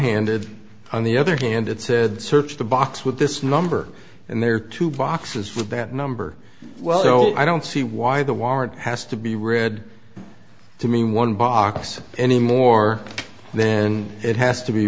hand it on the other hand it said search the box with this number and there are two boxes with that number well i don't see why the warrant has to be red to mean one box anymore then it has to be